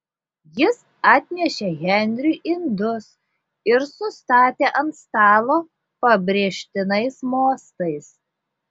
jis atnešė henriui indus ir sustatė ant stalo pabrėžtinais mostais